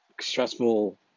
stressful